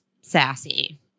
sassy